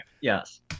Yes